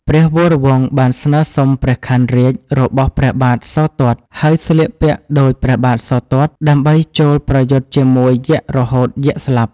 ព្រះវរវង្សបានស្នើសុំព្រះខ័នរាជ្យរបស់ព្រះបាទសោទត្ត ហើយស្លៀកពាក់ដូចព្រះបាទសោទត្ត ដើម្បីចូលប្រយុទ្ធជាមួយយក្សរហូតយក្សស្លាប់។